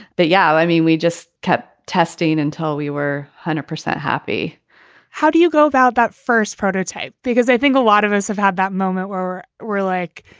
but yeah, i mean, we just kept testing until we were hundred percent happy how do you go about that first prototype? because i think a lot of us have had that moment where we're like,